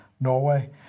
Norway